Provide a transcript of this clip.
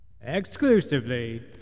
exclusively